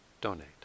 donate